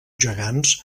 gegants